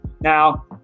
Now